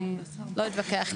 אני לא אתווכח.